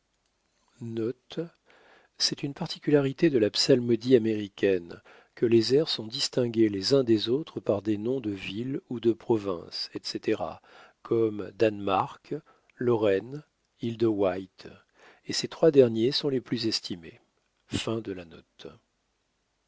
une particularité de la psalmodie américaine que les airs sont distingués les uns des autres par des noms de villes ou de provinces etc comme danemark lorraine île de wight et ces trois derniers sont les plus estimés